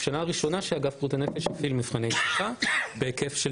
וזו השנה הראשונה שבה האגף לבריאות הנפש התחיל מבחני תמיכה בהיקף של